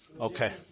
Okay